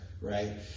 right